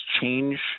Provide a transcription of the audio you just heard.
change